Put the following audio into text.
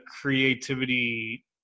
creativity